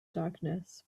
darkness